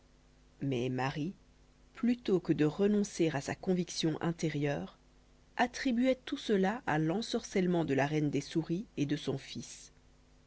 mais marie plutôt que de renoncer à sa conviction intérieure attribuait tout cela à l'ensorcellement de la reine des souris et de son fils